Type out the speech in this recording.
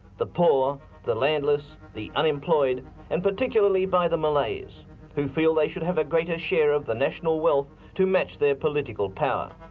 the poor, the landless, the unemployed and particularly by the malays who feel they should have a greater share of the national wealth to match their political power.